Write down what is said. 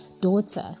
daughter